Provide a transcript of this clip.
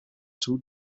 two